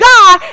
God